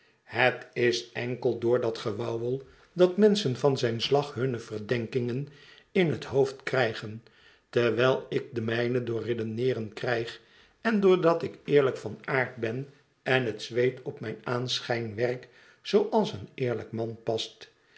het is enkel door dat gewauwel dat menschen van zijn slag hunne verdenkingen in het hood krijgen terwijl ik de mijne door redeneeren krijg en doordat ik eerlijk van aard ben en het zweet op mijn aanschijn werk zooals een eerlijk man past